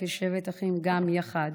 שבת אחים גם יחד.